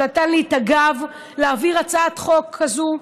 שנתן לי את הגב להעביר הצעת חוק כזאת,